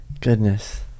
Goodness